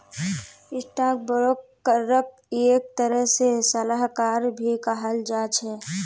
stock ब्रोकरक एक तरह से सलाहकार भी कहाल जा छे